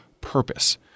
purpose